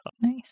Nice